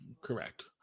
Correct